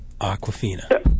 Aquafina